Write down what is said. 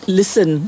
listen